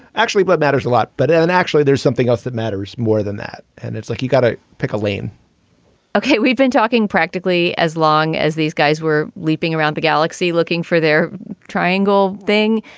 actually what matters a lot. but and and actually there's something else that matters more than that. and it's like you got to pick a lane okay. we've been talking practically as long as these guys were leaping around the galaxy looking for their triangle thing.